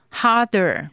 harder